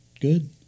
good